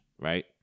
right